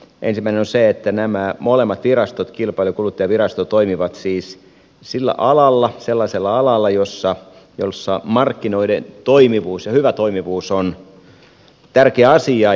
ensimmäinen on se että nämä molemmat virastot kilpailu ja kuluttajavirasto toimivat siis sellaisella alalla jossa markkinoiden toimivuus ja hyvä toimivuus on tärkeä asia